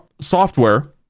software